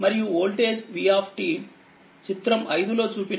మరియు voltage v చిత్రం 5లో చూపిన ఈ 6b లో ఇవ్వబడింది